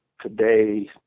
Today